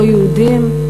לא-יהודים,